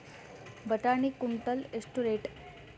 ಬಟಾಣಿ ಕುಂಟಲ ಎಷ್ಟು ರೇಟ್?